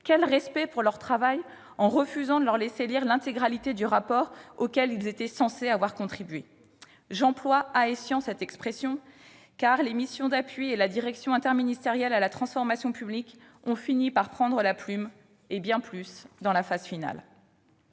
vous respectez leur travail dès lors que vous refusez de leur laisser lire l'intégralité du rapport auquel ils étaient censés avoir contribué ? J'emploie sciemment cette expression, car les missions d'appui et la direction interministérielle de la transformation publique ont fini par prendre la plume, pour ne pas dire